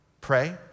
pray